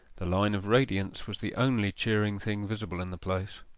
the line of radiance was the only cheering thing visible in the place.